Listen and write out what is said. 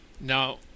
Now